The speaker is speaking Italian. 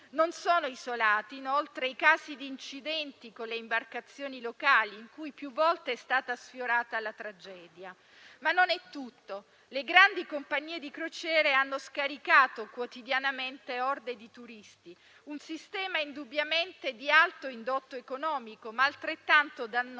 Non sono isolati, inoltre, i casi di incidenti con le imbarcazioni locali, in cui più volte è stata sfiorata la tragedia. Ma non è tutto. Le grandi compagnie di crociere hanno scaricato quotidianamente orde di turisti: un sistema indubbiamente di alto indotto economico, ma altrettanto dannoso,